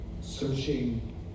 searching